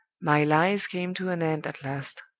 my lies came to an end at last.